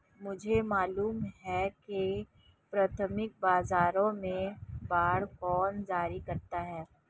मुझे मालूम है कि प्राथमिक बाजारों में बांड कौन जारी करता है